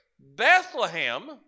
Bethlehem